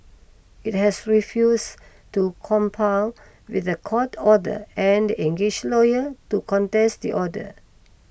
it has refused to comply with the court order and engaged lawyer to contest the order